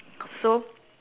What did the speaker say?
so